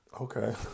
Okay